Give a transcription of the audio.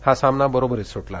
हा सामना बरोबरीत सुटला